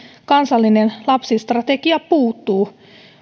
kansallinen lapsistrategia puuttuu